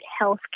health